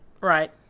Right